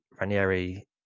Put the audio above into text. Ranieri